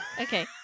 Okay